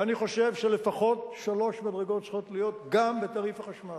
ואני חושב שלפחות שלוש מדרגות צריכות להיות גם בתעריף החשמל.